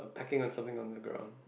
I think on something on the grounds